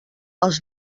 els